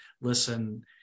listen